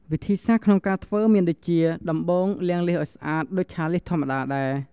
វិធីសាស្រ្តក្នុងការធ្វើ មានដូចជា ដំបូង លាងលៀសឱ្យស្អាតដូចឆាលៀសធម្មតាដែរ។